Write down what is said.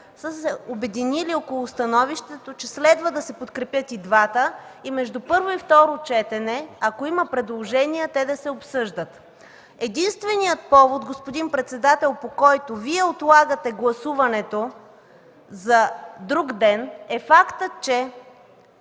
са се обединили около становището, че следва да се подкрепят и двата и между първо и второ четене, ако има предложения, те да се обсъждат. Единственият повод, господин председател, по който Вие отлагате гласуването за друг ден, е фактът, че